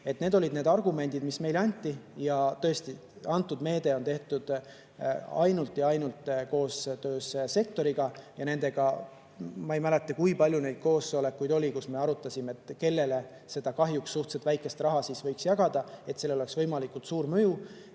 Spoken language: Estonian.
Need olid need argumendid, mis meile anti. Tõesti, antud meede on tehtud ainult koostöös sektoriga. Ma ei mäleta, kui palju oli neid koosolekuid, kus me arutasime, kellele seda kahjuks suhteliselt vähest raha võiks jagada, et sellel oleks võimalikult suur mõju.